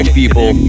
people